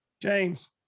James